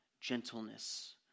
gentleness